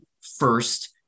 first